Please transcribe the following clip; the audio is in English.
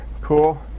cool